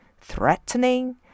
threatening